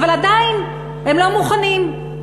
אבל עדיין הם לא מוכנים,